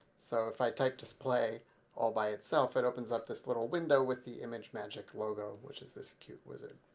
so if i type display all by itself, it opens up this little window with the imagemagick logo which is this cute wizard.